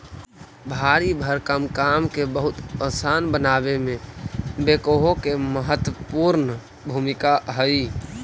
भारी भरकम काम के बहुत असान बनावे में बेक्हो के महत्त्वपूर्ण भूमिका हई